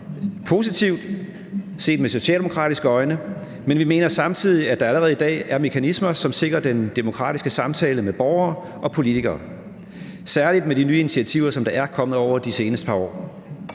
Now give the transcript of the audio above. positivt set med socialdemokratiske øjne. Men vi mener samtidig, at der allerede i dag er mekanismer, som sikrer den demokratiske samtale mellem borgere og politikere, særlig med de nye initiativer, som er blevet taget over de seneste par år.